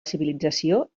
civilització